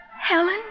Helen